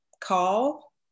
call